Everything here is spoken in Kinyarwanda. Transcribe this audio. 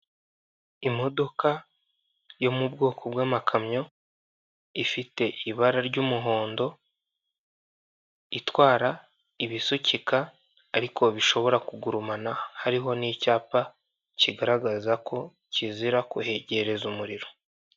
Imodoka yo mu bwoko bw'amakamyo ifite ibara ry'umuhondo itwara ibisukika ariko bishobora kugurumana hariho n'icyapa kigaragaza ko kizira kuhegereza umuriro.